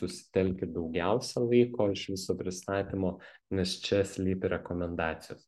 susitelkit daugiausia laiko iš viso pristatymo nes čia slypi rekomendacijos